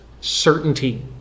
certainty